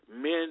Men